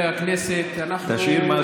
השיאים הוא